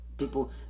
people